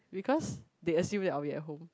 because they assume that I will be at home